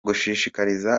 gushishikariza